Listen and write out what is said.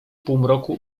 półmroku